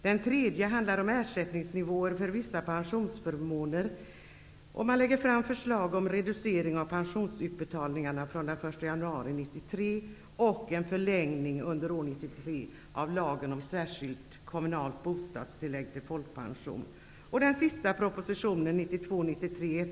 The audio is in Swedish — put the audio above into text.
Den tredje propositionen handlar om ersättningsnivåer för vissa pensionsförmåner. Regeringen lägger där fram förslag om en reducering av pensionsutbetalningarna fr.o.m. den Den fjärde propositionen handlar om förändringar i de kommunala bostadstilläggen för år 1993.